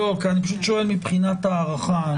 אני שואל מבחינת הארכה.